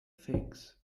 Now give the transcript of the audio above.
figs